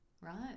right